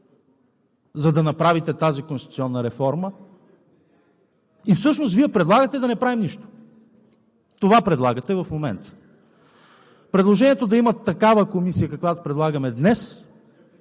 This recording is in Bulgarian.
за да направите тази конституционна реформа. Всъщност Вие предлагате да не правим нищо. Това предлагате в момента. Предложението да има такава комисия, каквато предлагаме днес,